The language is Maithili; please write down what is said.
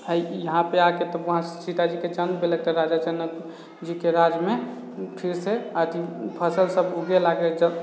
आ ई इहाँपे आके तऽ ओ वहाँ सीताजीके जन्म भेलक तऽ जनक जीके राजमे फिर से अथि फसल सभ उगे लागे